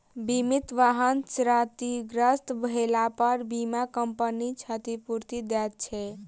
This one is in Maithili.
बीमित वाहन क्षतिग्रस्त भेलापर बीमा कम्पनी क्षतिपूर्ति दैत छै